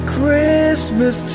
Christmas